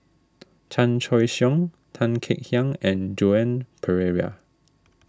Chan Choy Siong Tan Kek Hiang and Joan Pereira